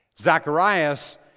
Zacharias